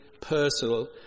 personal